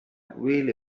really